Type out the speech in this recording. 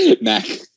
mac